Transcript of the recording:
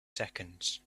seconds